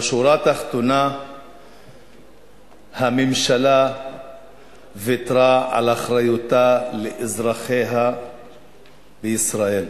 בשורה התחתונה הממשלה ויתרה על אחריותה לאזרחיה בישראל.